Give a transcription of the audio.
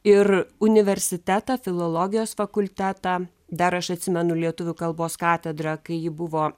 ir universitetą filologijos fakultetą dar aš atsimenu lietuvių kalbos katedrą kai ji buvo